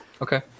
Okay